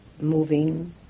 moving